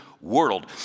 world